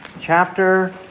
chapter